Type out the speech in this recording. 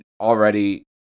already